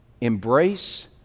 embrace